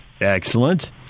Excellent